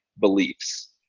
beliefs